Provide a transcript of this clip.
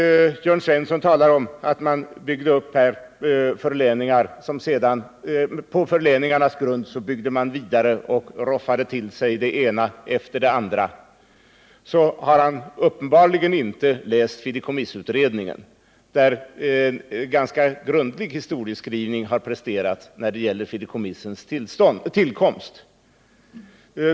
Eftersom Jörn Svensson talar om att man byggde vidare på förläningarnas grund och roffade åt sig det ena efter det andra, har han uppenbarligen inte läst fideikommissutredningen. Där har nämligen en ganska grundlig historieskrivning presterats när det gäller fideikommissens tillkomst.